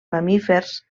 mamífers